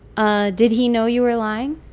ah did he know you were lying?